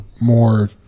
more